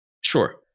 Sure